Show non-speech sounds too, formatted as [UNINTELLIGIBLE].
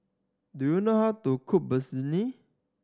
do you know how to cook [UNINTELLIGIBLE]